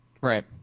Right